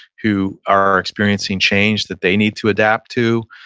who are experiencing change that they need to adapt to.